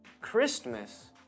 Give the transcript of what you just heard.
Christmas